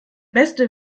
beste